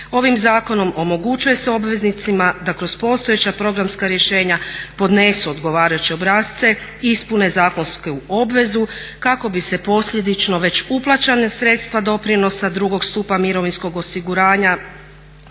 Ovim zakonom omogućuje se obveznicima da kroz postojeća programska rješenja podnesu odgovarajuće obrasce i ispune zakonsku obvezu kako bi se posljedično već uplaćena sredstva doprinosa drugo stupa mirovinskog osiguranja